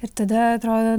ir tada atrodo